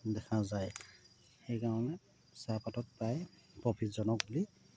দেখা যায় সেইকাৰণে চাহপাতত প্ৰায় প্ৰফিটজনক বুলি